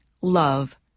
love